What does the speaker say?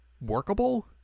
workable